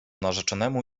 narzeczonemu